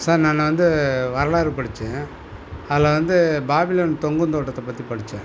sir நான் வந்து வரலாறு படிச்சேன் அதில் வந்து பாபிலோன் தொங்கும் தோட்டத்தை பற்றி படிச்சேன்